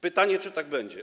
Pytanie, czy tak będzie.